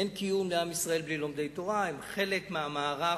אין קיום לעם ישראל בלי לומדי תורה, הם חלק מהמערך